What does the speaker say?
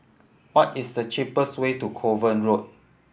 what is the cheapest way to Kovan Road